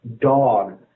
dog